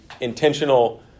intentional